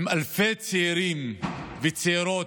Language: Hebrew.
עם אלפי צעירים וצעירות,